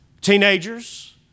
teenagers